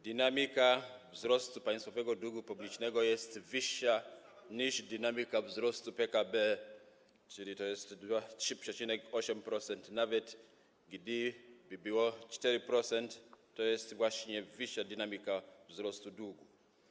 Dynamika wzrostu państwowego długu publicznego jest wyższa niż dynamika wzrostu PKB, czyli to jest 3,8%, nawet gdyby było 4%, to jest wyższa dynamika wzrostu długu.